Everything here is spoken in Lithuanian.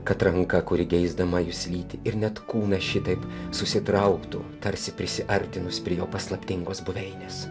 kad ranka kuri geisdama jus lyti ir net kūną šitaip susitrauktų tarsi prisiartinus prie jo paslaptingos buveinės